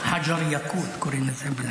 (אומר בערבית: אבן אודם,) קוראים לזה.